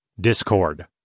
Discord